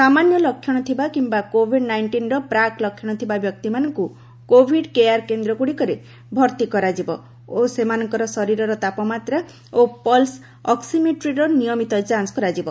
ସାମାନ୍ୟ ଲକ୍ଷଣ ଥିବା କିୟା କୋଭିଡ୍ ନାଇଷ୍ଟିନ୍ର ପ୍ରାକ୍ ଲକ୍ଷଣ ଥିବା ବ୍ୟକ୍ତିମାନଙ୍କୁ କୋଭିଡ୍ କେୟାର କେନ୍ଦ୍ରଗୁଡ଼ିକରେ ଭର୍ତ୍ତି କରାଯିବ ଓ ସେମାନଙ୍କର ଶରୀରର ତାପମାତ୍ରା ଓ ପଲ୍ସ ଅକ୍ନିମେଟ୍ରିର ନିୟମିତ ଯାଞ୍ଚ କରାଯିବ